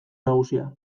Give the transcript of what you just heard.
nagusia